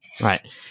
Right